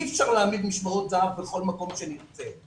אי-אפשר להעמיד משמרות זה"ב בכל מקום שנרצה,